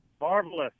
Marvelous